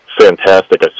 fantastic